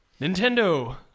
Nintendo